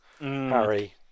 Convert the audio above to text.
Harry